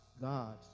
God